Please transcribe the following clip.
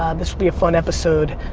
ah this will be a fun episode.